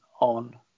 on